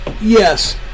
Yes